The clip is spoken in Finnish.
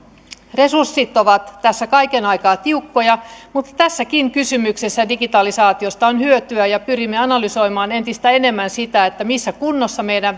resurssit ovat tässä kaiken aikaa tiukkoja mutta tässäkin kysymyksessä digitalisaatiosta on hyötyä ja pyrimme analysoimaan entistä enemmän missä kunnossa meidän